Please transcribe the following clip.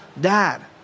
dad